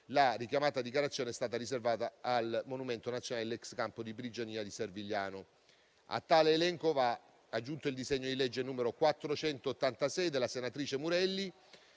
la richiamata dichiarazione è stata riservata al monumento nazionale ex campo di prigionia di Servigliano. A tale elenco va aggiunto il disegno di legge n. 486 della senatrice Murelli,